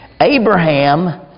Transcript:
Abraham